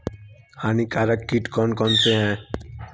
हानिकारक कीट कौन कौन से हैं?